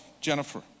Jennifer